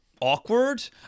awkward